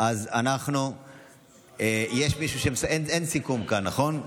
אין סיכום כאן, נכון?